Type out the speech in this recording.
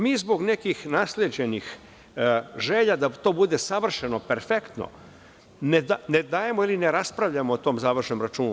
Mi zbog nekih nasleđenih želja da to bude savršeno perfektno ne dajemo ili ne raspravljamo o tom završnom računu.